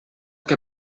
que